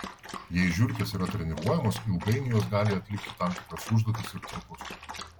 jei žiurkės yra treniruojamos ilgainiui jos gali atlikti tam tikras užduotis ir triukus